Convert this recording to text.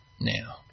now